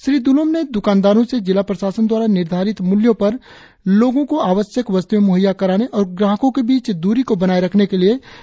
श्री दुलोम ने दुकानदारों से जिला प्रशासन द्वारा निर्धार्ति मूल्यों पर लोगों को आवश्यक वस्त्एं म्हैया कराने और ग्राहकों के बीच द्री को बनाएं रखने के लिए व्यवस्था करने को कहा